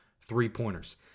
three-pointers